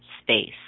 space